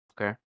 Okay